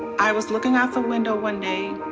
i was looking out the window one day,